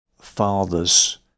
father's